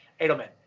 Edelman